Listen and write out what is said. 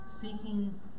seeking